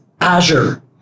Azure